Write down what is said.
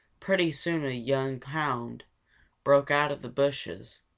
pretty soon a young hound broke out of the bushes,